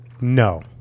No